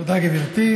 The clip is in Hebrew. תודה, גברתי.